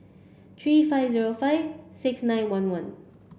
three five zero five six nine one one